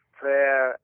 prayer